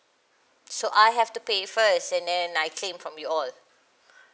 so I have to pay first and then I claim from you all